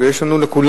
ויש לנו לכולנו,